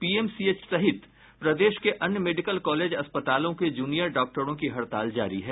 PMCH सहित प्रदेश के अन्य मेडिकल कॉलेज अस्पतालों के जूनियर डॉक्टरों की हड़ताल जारी है